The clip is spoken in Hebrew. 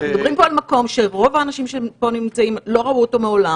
אנחנו מדברים פה על מקום שרוב האנשים שנמצאים פה לא ראו אותו מעולם,